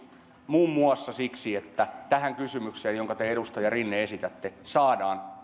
muun muassa siksi että tähän kysymykseen jonka te edustaja rinne esititte saadaan